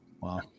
wow